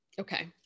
Okay